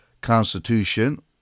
Constitution